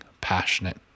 passionate